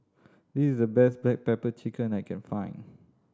this is the best black pepper chicken I can find